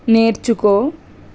నేర్చుకో